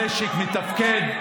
המשק מתפקד,